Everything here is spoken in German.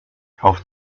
kauft